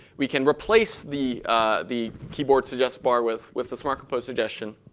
we can replace the the keyboard suggest bar with with the smart compose suggestion.